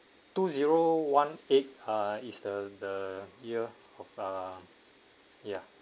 two zero one eight ah is the the year of uh ya